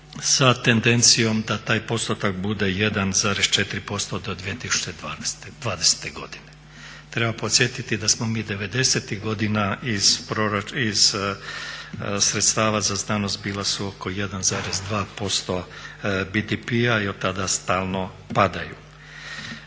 sa tendencijom da taj postotak bude 0,4% do 2020. godine. Treba podsjetiti da smo mi devedesetih godina iz sredstava za znanost bila su oko 1,2% BDP-a i od tada stalno padaju.